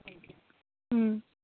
ம்